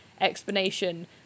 explanation